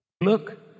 Look